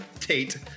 Tate